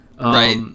Right